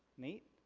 nate?